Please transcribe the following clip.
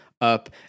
up